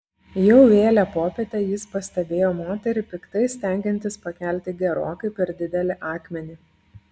jau vėlią popietę jis pastebėjo moterį piktai stengiantis pakelti gerokai per didelį akmenį